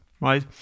right